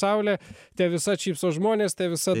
saulė te visad šypsos žmonės te visad